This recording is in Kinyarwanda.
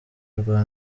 rwa